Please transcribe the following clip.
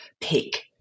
pick